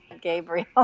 Gabriel